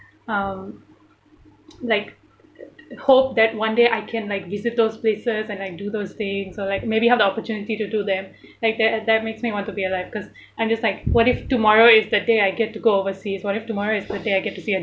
um like hope that one day I can like visit those places and I do those things or like maybe have the opportunity to do them like they're that makes me want to be alive cause I'm just like what if tomorrow is that day I get to go overseas what if tomorrow is the day I get to see